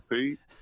Pete